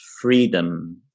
freedom